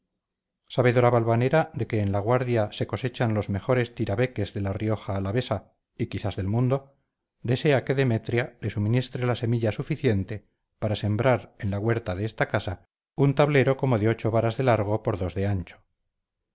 sabedora valvanera de que en la guardia se cosechan los mejores tirabeques de la rioja alavesa y quizás del mundo desea que demetria le suministre la semilla suficiente para sembrar en la huerta de esta casa un tablero como de ocho varas de largo por dos de ancho